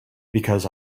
because